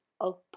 open